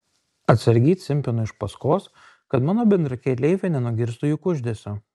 atsargiai cimpinu iš paskos kad mano bendrakeleivė nenugirstų jų kuždesio